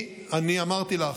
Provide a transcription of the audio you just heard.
אני אמרתי לך,